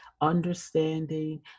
understanding